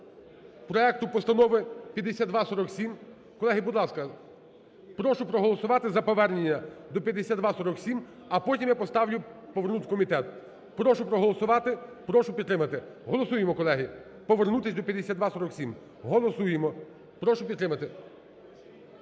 проекту постанови 5247. Колеги, будь ласка, прошу проголосувати за повернення до 5247, а потім я поставлю повернути в комітет. Прошу проголосувати, прошу підтримати. Голосуємо, колеги, повернутися до 5247, голосуємо, прошу підтримати.